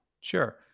Sure